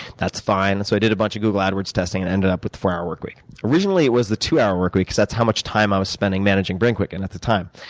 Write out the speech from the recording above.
that's fine. so i did a bunch of google ad words testing, and ended up with the four hour workweek. originally, it was the two hour workweek because that's how much time i was spending managing brainquicken at the time.